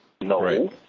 No